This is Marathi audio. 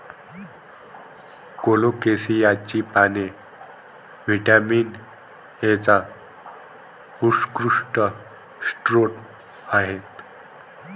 कोलोकेसियाची पाने व्हिटॅमिन एचा उत्कृष्ट स्रोत आहेत